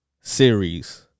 series